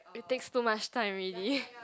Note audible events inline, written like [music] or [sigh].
it takes too much time already [breath]